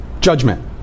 judgment